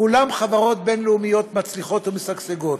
כולן חברות בין-לאומיות מצליחות ומשגשגות.